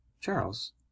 Charles